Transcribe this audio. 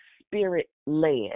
spirit-led